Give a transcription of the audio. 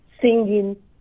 singing